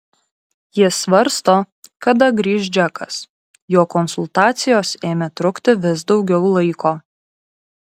ji svarsto kada grįš džekas jo konsultacijos ėmė trukti vis daugiau laiko